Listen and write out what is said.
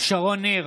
שרון ניר,